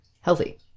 healthy